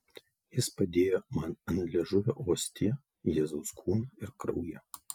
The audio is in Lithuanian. jis padėjo man ant liežuvio ostiją jėzaus kūną ir kraują